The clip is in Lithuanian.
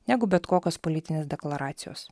negu bet kokios politinės deklaracijos